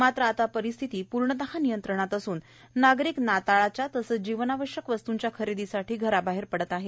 मात्र आता परिस्थिती पूर्णतः नियंत्रणात असून नागरीक नाताळाच्या तसंच जीवनावश्यक वस्तूंच्या खरेदीसाठी घराबाहेर पडत आहेत